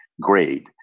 grade